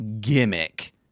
gimmick